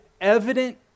evident